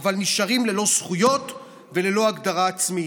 אבל נשארים ללא זכויות וללא הגדרה עצמית.